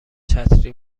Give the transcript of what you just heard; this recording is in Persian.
چتری